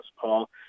Paul